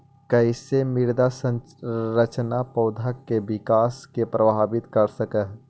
कईसे मृदा संरचना पौधा में विकास के प्रभावित कर सक हई?